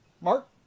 Mark